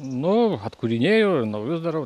nu atkūrinėju ir naujus darau